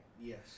Yes